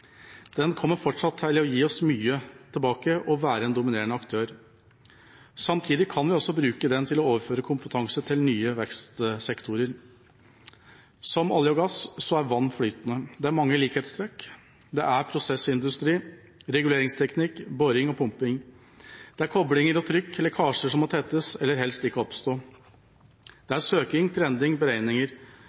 Den kommer fortsatt til å gi oss mye tilbake og være en dominerende aktør. Samtidig kan vi også bruke den til å overføre kompetanse til nye vekstsektorer. Som olje og gass er vann flytende. Det er mange likhetstrekk. Det er prosessindustri, reguleringsteknikk, boring og pumping. Det er koblinger og trykk, lekkasjer som må tettes – eller helst ikke oppstå. Det er søking, trending, beregninger.